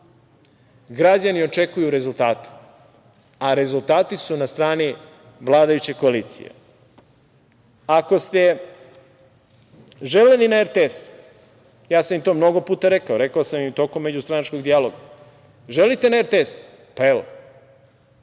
Građani očekuju rezultate, a rezultati su na strani vladajuće koalicije. Ako ste želeli na RTS, ja sam im to mnogo puta rekao, rekao sam im tokom međustranačkog dijaloga, želite na RTS, pa, evo,